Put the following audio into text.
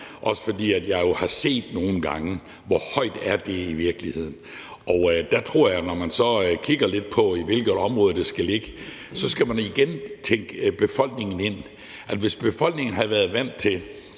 også fordi jeg nogle gange har set, hvor højt det i virkeligheden er. Der tror jeg, at når man så kigger lidt på, i hvilket område de skal ligge, skal man igen tænke befolkningen ind. Hvis befolkningen har været vant til